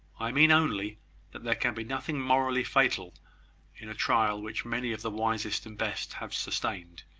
i mean only that there can be nothing morally fatal in a trial which many of the wisest and best have sustained.